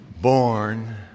born